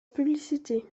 publicité